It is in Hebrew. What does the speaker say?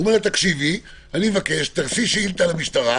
הוא מבקש ממנה לעשות שאילתה למשטרה.